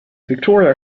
victoria